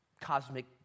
cosmic